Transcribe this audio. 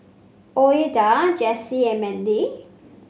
Ouida Jessie and Mandy